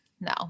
No